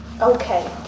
Okay